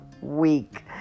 week